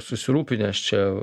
susirūpinęs čia